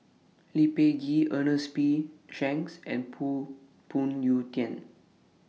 Lee Peh Gee Ernest P Shanks and Phoon Yew Tien